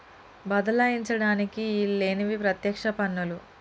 బదలాయించడానికి ఈల్లేనివి పత్యక్ష పన్నులు